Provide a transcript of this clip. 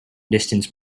distance